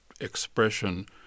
expression